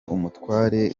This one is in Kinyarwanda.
umutware